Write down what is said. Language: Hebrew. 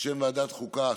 בשם ועדת החוקה,